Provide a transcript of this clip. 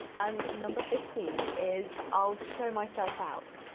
and number fifteen is, i'll show myself out,